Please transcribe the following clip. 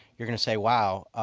you're going to say, wow,